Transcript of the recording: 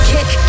Kick